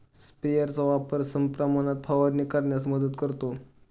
स्प्रेयरचा वापर समप्रमाणात फवारणी करण्यास मदत करतो